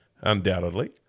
undoubtedly